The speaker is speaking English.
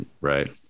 right